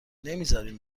نمیزارین